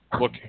look